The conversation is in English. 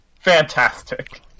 Fantastic